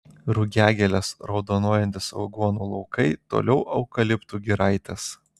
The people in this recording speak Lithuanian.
rugiagėlės raudonuojantys aguonų laukai toliau eukaliptų giraitės